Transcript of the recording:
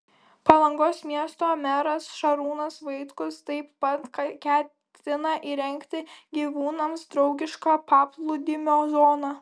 palangos miesto meras šarūnas vaitkus taip pat ketina įrengti gyvūnams draugišką paplūdimio zoną